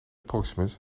proximus